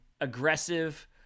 aggressive